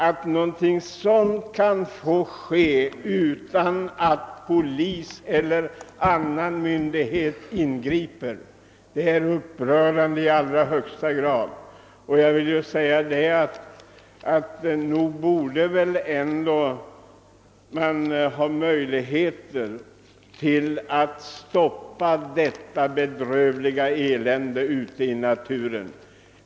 Att någonting sådant kan få ske utan att polis eller annan myndighet ingriper är i allra högsta grad upprörande. Nog borde man väl ändå ha möjligheter att stoppa detta elände ute i naturen.